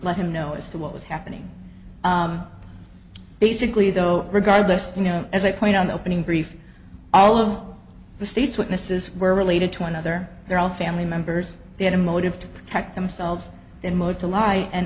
let him know as to what was happening basically though regardless you know as a point on the opening brief all of the state's witnesses were related to another they're all family members they had a motive to protect themselves and motive to lie and